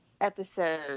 episode